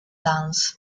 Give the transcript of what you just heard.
dance